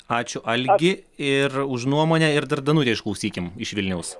ačiū algi ir už nuomonę ir dar danutę išklausykim iš vilniaus